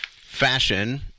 fashion